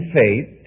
faith